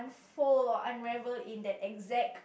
fold or unravel in that exact